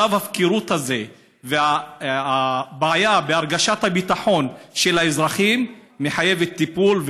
מצב ההפקרות הזה והבעיה בהרגשת הביטחון של האזרחים מחייבים טיפול,